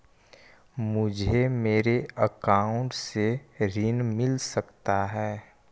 मुझे मेरे अकाउंट से ऋण मिल सकता है?